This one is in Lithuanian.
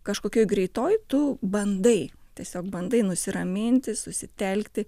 kažkokioj greitoj tu bandai tiesiog bandai nusiraminti susitelkti